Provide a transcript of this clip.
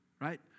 Right